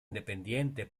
independiente